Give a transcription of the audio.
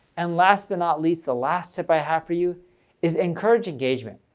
and last but not least, the last tip i have for you is encourage engagement.